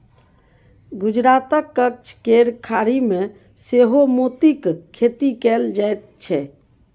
गुजरातक कच्छ केर खाड़ी मे सेहो मोतीक खेती कएल जाइत छै